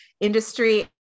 industry